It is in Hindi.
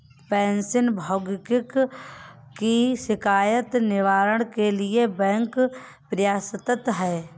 पेंशन भोगियों की शिकायत निवारण के लिए बैंक प्रयासरत है